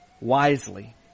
wisely